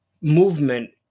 movement